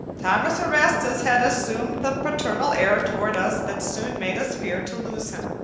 thomas erastus had assumed the paternal air toward us that soon made us fear to lose him.